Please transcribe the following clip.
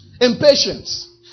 Impatience